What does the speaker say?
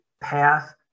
path